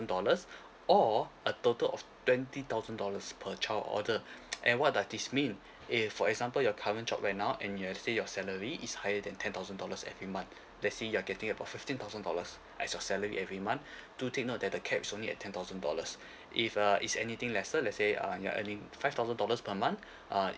dollars or a total of twenty thousand dollars per child order and what does this mean A for example your current job right now and you're say your salary is higher than ten thousand dollars every month let say you're getting about fifteen thousand dollars as your salary every month do take note that the caps only at ten thousand dollars if uh is anything lesser let say uh you're earning five thousand dollars per month uh